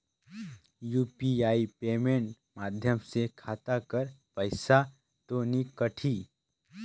UPI payment माध्यम से खाता कर पइसा तो नी कटही?